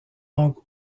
donc